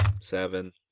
Seven